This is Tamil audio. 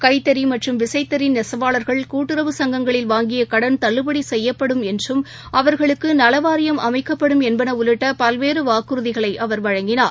கைத்தறிமற்றம் விசைத்தறிநெசவாளர்கள் கூட்டுறவு சங்கங்களில் வாங்கியகடன் தள்ளுபடிசெய்யப்படும் என்றும் அவர்களுக்குநலவாரியம் அமைக்கப்படும் என்பனஉள்ளிட்டபல்வேறுவாக்குறதிகளைஅவர் வழங்கினர்